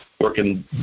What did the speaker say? working